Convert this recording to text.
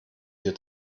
dir